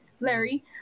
Larry